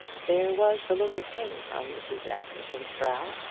there was the look of pain on mrs. askerton's brow,